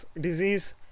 disease